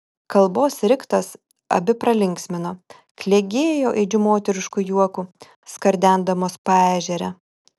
kalbos riktas abi pralinksmino klegėjo aidžiu moterišku juoku skardendamos paežerę